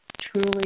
truly